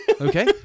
Okay